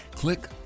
Click